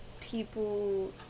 people